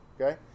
okay